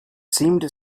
seemed